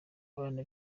abana